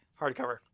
Hardcover